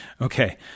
Okay